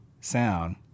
sound